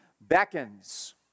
beckons